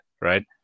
right